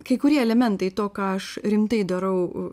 kai kurie elementai to ką aš rimtai darau